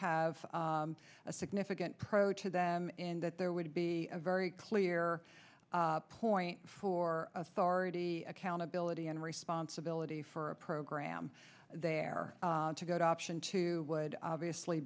have a significant pro to them in that there would be a very clear point for authority accountability and responsibility for a program there to go to option two would obviously